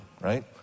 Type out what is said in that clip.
right